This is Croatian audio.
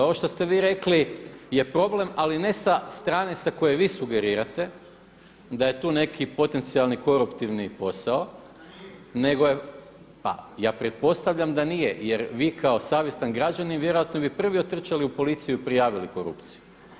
Ovo što ste vi rekli ali ne sa strane sa koje vi sugerirate da je tu neki potencijalni koruptivni posao nego je …… [[Upadica se ne čuje.]] Pa ja pretpostavljam da nije, jer vi kao savjestan građanin vjerojatno bi prvi otrčali u policiju i prijavili korupciju.